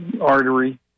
artery